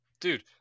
dude